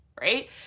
right